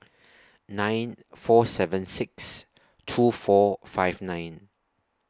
nine four seven six two four five nine